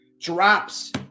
drops